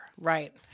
Right